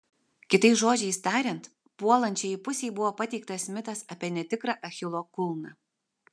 kitais žodžiais tariant puolančiajai pusei buvo pateiktas mitas apie netikrą achilo kulną